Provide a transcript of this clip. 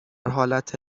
حالت